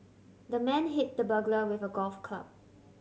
the man hit the burglar with a golf club